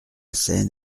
scène